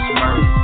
Smurf